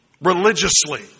religiously